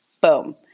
Boom